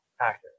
actor